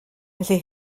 felly